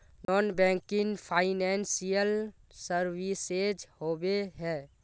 Non banking financial services होबे है?